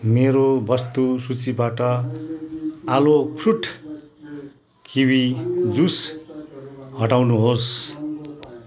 मेरो वस्तु सूचीबाट आलो फ्रुट किवी जुस हटाउनुहोस्